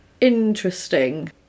interesting